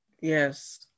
Yes